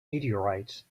meteorites